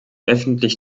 öffentlich